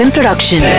Production